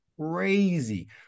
crazy